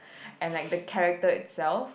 and like the character itself